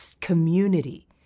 community